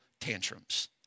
tantrums